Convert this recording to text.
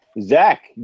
Zach